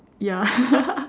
ya